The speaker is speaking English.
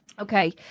Okay